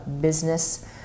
business